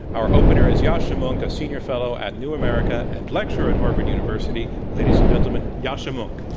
our opener is yascha mounk, a senior fellow at new america and lecturer at harvard university. ladies and gentlemen, yascha mounk.